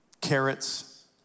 carrots